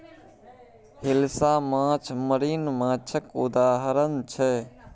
हिलसा माछ मरीन माछक उदाहरण छै